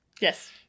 Yes